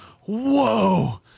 Whoa